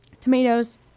tomatoes